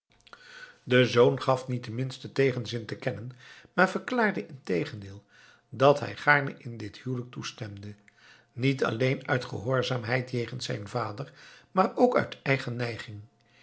de zoon gaf niet den minsten tegenzin te kennen maar verklaarde integendeel dat hij gaarne in dit huwelijk toestemde niet alleen uit gehoorzaamheid jegens zijn vader maar ook uit eigen neiging